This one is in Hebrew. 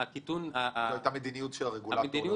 זו אותה מדיניות של הרגולטור.